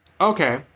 Okay